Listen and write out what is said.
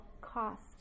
cost